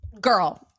Girl